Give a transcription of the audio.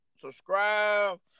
subscribe